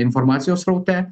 informacijos sraute